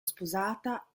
sposata